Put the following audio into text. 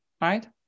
Right